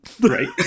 Right